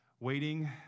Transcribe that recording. Waiting